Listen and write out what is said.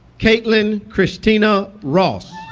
kaitlin christina ross